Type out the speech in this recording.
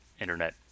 internet